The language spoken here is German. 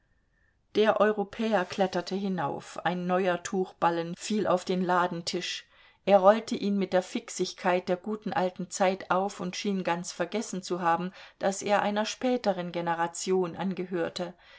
der europäer kletterte hinauf ein neuer tuchballen fiel auf den ladentisch er rollte ihn mit der fixigkeit der guten alten zeit auf und schien ganz vergessen zu haben daß er einer späteren generation angehörte